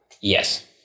yes